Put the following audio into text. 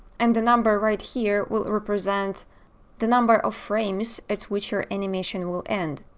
and the number right here will represent the number of frames at which your animation will end.